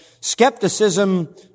skepticism